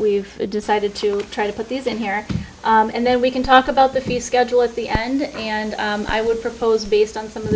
we've decided to try to put these in here and then we can talk about the new schedule at the end and i would propose based on some of